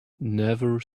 never